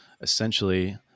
essentially